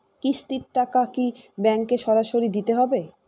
কিস্তির টাকা কি ব্যাঙ্কে সরাসরি দিতে হবে?